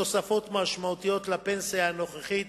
תוספות משמעותיות לפנסיה הנוכחית.